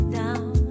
down